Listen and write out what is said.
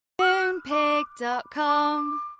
Moonpig.com